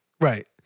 Right